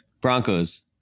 Broncos